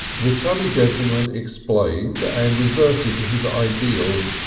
the chubby gentleman explained and reverted to his ideals,